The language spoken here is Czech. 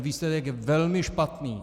Výsledek je velmi špatný.